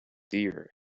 deer